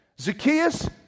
Zacchaeus